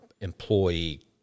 employee